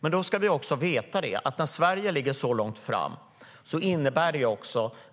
Men vi ska veta att när Sverige nu ligger så långt fram innebär det också -